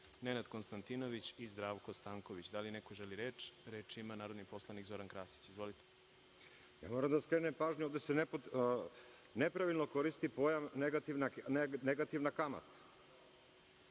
Nenad Konstantinović i Zdravko Stanković. Da li neko želi reč? (Da)Reč ima narodni poslanik Zoran Krasić. Izvolite. **Zoran Krasić** Moram da skrenem pažnju. Ovde se nepravilno koristi pojam – negativna kamata.